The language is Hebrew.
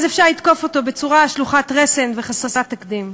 אז אפשר לתקוף אותו בצורה שלוחת רסן וחסרת תקדים.